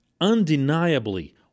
undeniably